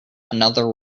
another